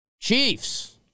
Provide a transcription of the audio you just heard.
Chiefs